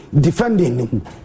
defending